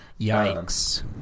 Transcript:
Yikes